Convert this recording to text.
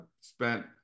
spent